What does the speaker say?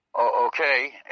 okay